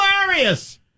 Hilarious